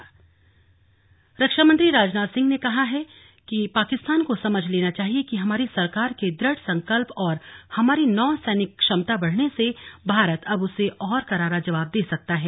slug रक्षा मंत्री रक्षा मंत्री राजनाथ सिंह ने कहा है कि पाकिस्तान को समझ लेना चाहिए कि हमारी सरकार के दृढ़ संकल्प और हमारी नौ सैनिक क्षमता बढ़ने से भारत अब उसे और करारा जवाब दे सकता है